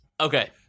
okay